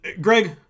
Greg